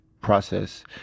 process